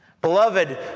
Beloved